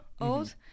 old